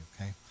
okay